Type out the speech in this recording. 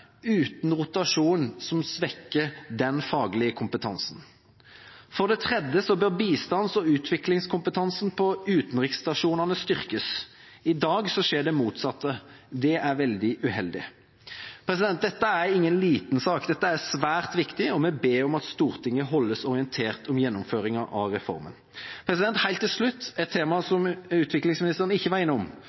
uten en rotasjon som svekker den faglige kompetansen. For det tredje bør bistands- og utviklingskompetansen på utenriksstasjonene styrkes. I dag skjer det motsatte. Det er veldig uheldig. Dette er ingen liten sak. Dette er svært viktig. Vi ber om at Stortinget holdes orientert om gjennomføringen av reformen. Helt til slutt, et tema som utviklingsministeren ikke var innom: